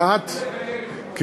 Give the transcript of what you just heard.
לא הבטיחו לקיים.